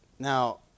Now